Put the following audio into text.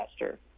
investor